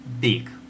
big